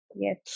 Yes